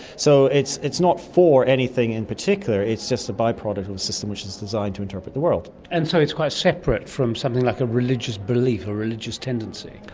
so it's it's not for anything in particular, it's just a bi-product of a system which is designed to interpret the world. and so it's quite separate from something like a religious belief, a religious tendency?